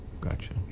Gotcha